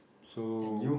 so